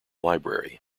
library